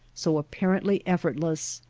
so apparently effortless.